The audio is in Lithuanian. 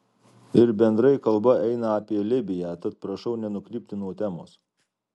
ir bendrai kalba eina apie libiją tad prašau nenukrypti nuo temos